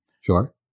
Sure